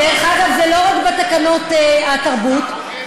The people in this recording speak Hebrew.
זה לא רק בתקנות התרבות,